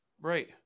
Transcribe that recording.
Right